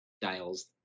dials